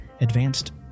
advanced